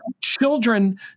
children